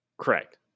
Correct